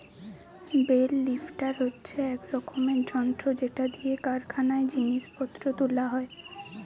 bell lifter হচ্ছে এক রকমের যন্ত্র যেটা দিয়ে কারখানায় জিনিস পত্র তুলা হয়